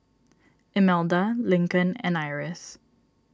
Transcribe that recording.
Imelda Lincoln and Iris